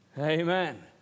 Amen